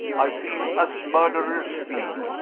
i feel as murderers feel.